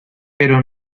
pero